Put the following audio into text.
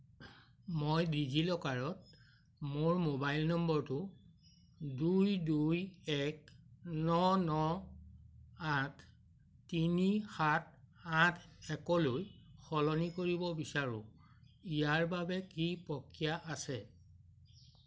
মই ডিজিলকাৰত মোৰ মোবাইল নম্বৰটো দুই দুই এক ন ন আঠ তিনি সাত আঠ একলৈ সলনি কৰিব বিচাৰোঁ ইয়াৰ বাবে কি প্ৰক্ৰিয়া আছে